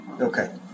Okay